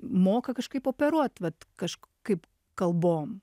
moka kažkaip operuot vat kažkaip kalbom